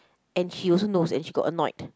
and she also knows and she got annoyed